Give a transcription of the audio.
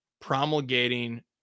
promulgating